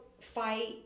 fight